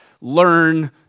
learn